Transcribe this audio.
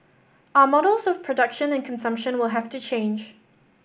our models of production and consumption will have to change